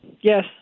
Yes